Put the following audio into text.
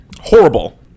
horrible